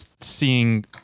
seeing